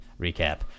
recap